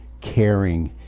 caring